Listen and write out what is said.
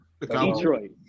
Detroit